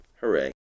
hooray